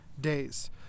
days